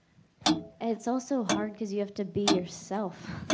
it's also hard because you have to be yourself